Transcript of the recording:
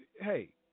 hey